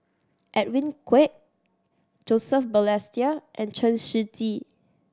Edwin Koek Joseph Balestier and Chen Shiji